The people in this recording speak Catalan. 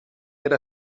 era